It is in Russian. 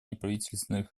неправительственных